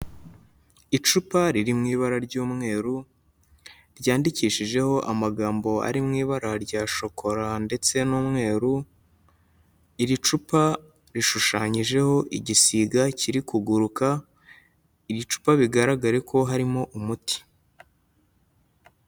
Icupa riri mu ibara ry'umweru ryandikishijeho amagambo ari mu ibara rya shokora ndetse n'umweru, iri cupa rishushanyijeho igisiga kiri kuguruka, iri cupa bigaragare ko harimo umuti.